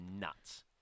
nuts